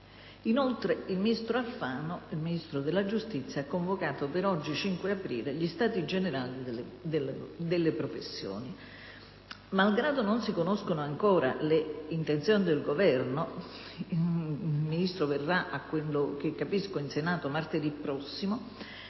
Inoltre, il ministro della giustizia Alfano ha convocato per oggi, 15 aprile, gli stati generali delle professioni. Malgrado non si conoscano ancora le intenzioni del Governo (il Ministro, a quello che capisco, verrà in Senato martedì prossimo),